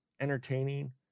entertaining